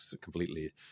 completely